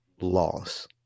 loss